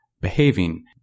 behaving